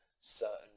certain